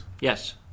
Yes